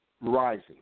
rising